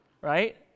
right